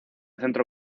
centro